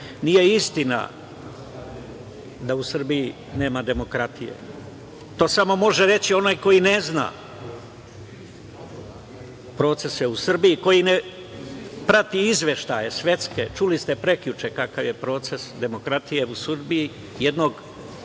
istina da u Srbiji nema demokratije. To samo može reći onaj koji ne zna procese u Srbiji, koji ne prati izveštaje svetske. Čuli ste preključe kakav je proces demokratije u Srbiji, jednog